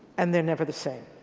and they're never the same.